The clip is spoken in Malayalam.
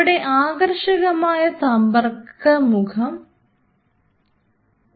അവിടെ ആകർഷകമായ സമ്പർക്കമുഖവും ഉണ്ട്